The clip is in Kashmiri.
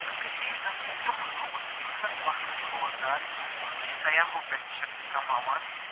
تہٕ کٲشیٖرِ ہِنٛد تِمہٕ لُکھ یِم زن پنُن روزگار یِموٕے سیاہو پٮ۪ٹھ چھِ کماوان